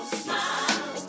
smile